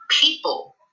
people